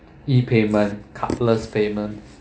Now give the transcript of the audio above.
E payment cardless payments